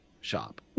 shop